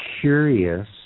curious